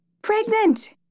Pregnant